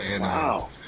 Wow